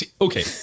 okay